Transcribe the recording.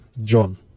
john